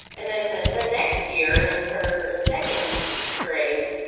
and then the the next year, in her second grade,